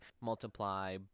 multiply